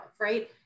right